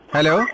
Hello